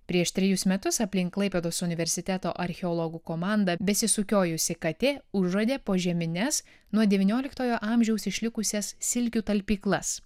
prieš trejus metus aplink klaipėdos universiteto archeologų komandą besisukiojusi katė užuodė požemines nuo devynioliktojo amžiaus išlikusias silkių talpyklas